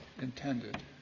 intended